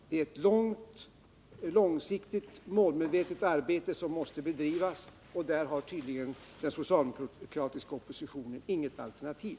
Det är ett långsiktigt och målmedvetet arbete som måste bedrivas, och där har tydligen den socialdemokratiska oppositionen inget alternativ.